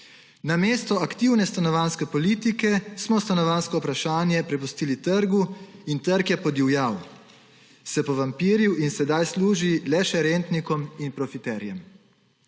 Namesto aktivne stanovanjske politike smo stanovanjsko vprašanje prepustili trgu in trg je podivjal, se povampiril in sedaj služi le še rentnikom in profitarjem.